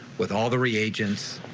with all the reagents,